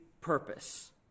purpose